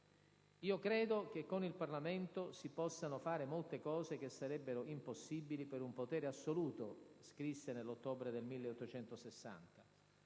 «Io credo che con il Parlamento si possano fare molte cose che sarebbero impossibili per un potere assoluto», scrisse nell'ottobre del 1860;